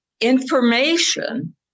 information